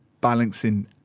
balancing